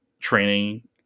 training